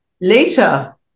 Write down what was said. Later